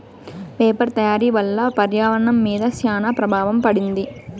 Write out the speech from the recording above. paper తయారీ వల్ల పర్యావరణం మీద శ్యాన ప్రభావం పడింది